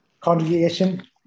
congregation